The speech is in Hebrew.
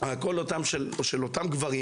הקול של אותם גברים